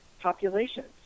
populations